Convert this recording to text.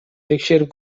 текшерип